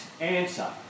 answer